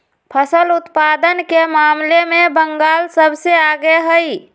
फसल उत्पादन के मामले में बंगाल सबसे आगे हई